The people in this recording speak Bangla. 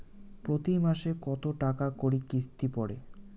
প্রতি মাসে কতো টাকা করি কিস্তি পরে?